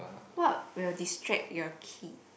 what will distract your kid